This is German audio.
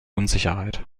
unsicherheit